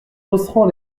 josserand